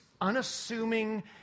unassuming